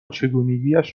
چگونگیاش